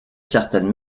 certaines